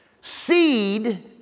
Seed